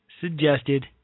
suggested